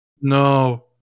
No